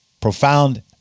profound